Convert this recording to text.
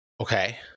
Okay